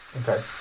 Okay